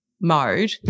mode